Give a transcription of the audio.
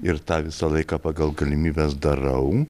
ir tą visą laiką pagal galimybes darau